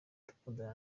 dukundana